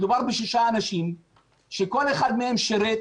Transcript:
מדובר בשישה אנשים שכל אחד מהם שירת